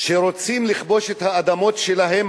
שרוצים לכבוש את האדמות שלהם,